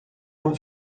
uma